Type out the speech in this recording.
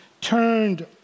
turned